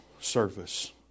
service